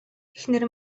эхнэр